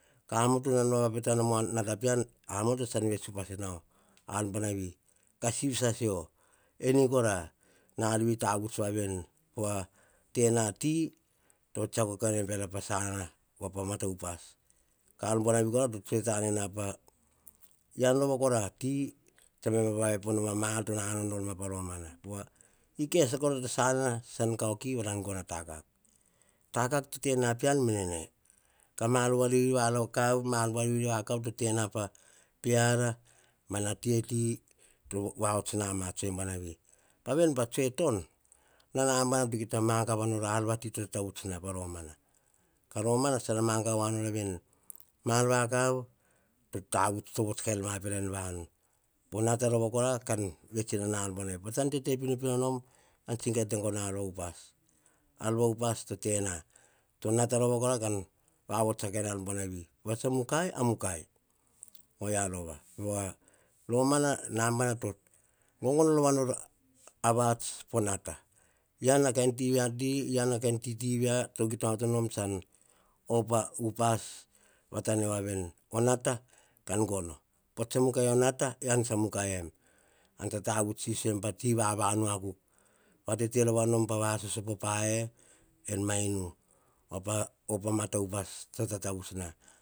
Ka amoto tsan vavapeta nom a nata pean. Amoto tsan vets upas nao ma ar buanavi ka siv sasio, eni kora, na ar tavuts voa veni, pova tena ti, to tsiako kaene peara pa sanama voa pa mata upas. Ka ar buanavi kora to tsoe ta nena pa, ean rova kora ati, tsa baim a vava epo, a ma ar to nanao nor ma pa romana. Pova, ikai sasa kora ta sasana tsan kau ki ka gono a takak. Takak to tena pen meneme. Ka ma ar vori vakav, ma ar buar veri vakav, to tena peara mana te ti to vahots noma a tsoe buanavi. Ka veni pa tsoe ton. Naba to kita magava nor pa ar vati, to tatavuts na pa romana. Ka romana tsara magava voa nora veni. Ma a vakav to vots keir inana ar buanavi. Pean tsa tete pinopino nom, ean tsa gai gono ta ar upas. Ar va upas to tena. Onata ova kora ka`vavuts a kain ar buanavi. Pa tso mukai a mukai. Ovia rova, pava romana nabana, to gogono rova nor avahots po nata. Ean a kain tiva ti, ean a kain tsi ti via. Kita onoto nom tsan op a upas, vatanevoa veni. O ata kain gono, pa tso mukai o nata ean tsa mukai em. Ean tsa tavuts sisio em pa ti vavanu okuk. Pa te rova nom pa vasosopo ae, en ma. Inu pa op amata upas to tatavuts.